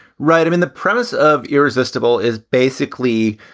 right. i mean, the premise of irresistible is basically,